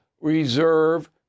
reserve